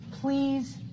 Please